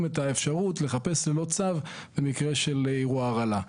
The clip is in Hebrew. את האפשרות לחפש ללא צו במקרה של אירוע הרעלה.